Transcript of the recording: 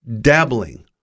dabbling